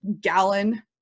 gallon